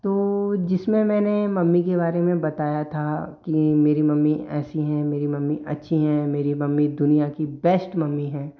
तो जिस में मैंने मम्मी के बारे में बताया था कि मेरी मम्मी ऐसी हैं मेरी मम्मी अच्छी हैं मेरी मम्मी दुनिया की बेस्ट मम्मी हैं